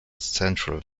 central